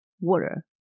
water